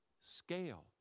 scale